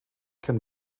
can